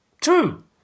true